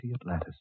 Atlantis